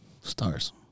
Stars